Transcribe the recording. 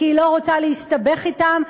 כי היא לא רוצה להסתבך אתן,